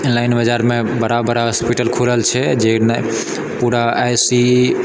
line बाजारमे बड़ा बड़ा हॉस्पिटल खुलल छै जाहिमे पूरा आइ सी